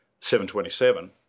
727